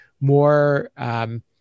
more